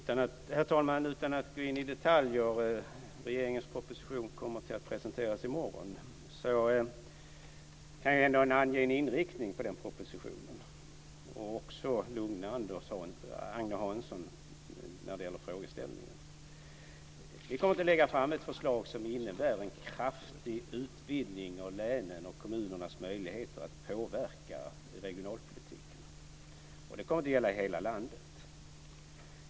Herr talman! Jag ska inte gå in i detaljer, eftersom regeringens proposition kommer att presenteras i morgon. Men jag kan ändå ange en inriktning på den propositionen och också lugna Agne Hansson när det gäller frågeställningen. Vi kommer att lägga fram ett förslag som innebär en kraftig utvidgning av länens och kommunernas möjligheter att påverka regionalpolitiken. Det kommer att gälla hela landet.